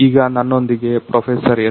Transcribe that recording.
ಈಗ ನನ್ನೊಂದಿಗೆ professor S